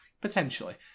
Potentially